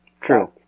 True